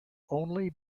only